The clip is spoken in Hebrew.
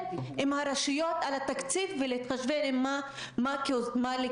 עם הרשויות על התקציב ולהתחשבן מה לקזז,